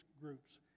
groups